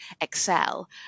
excel